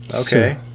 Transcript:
Okay